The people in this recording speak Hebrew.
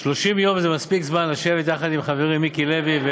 זה מספיק זמן לשבת יחד עם חברי מיקי לוי,